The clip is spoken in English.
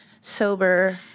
sober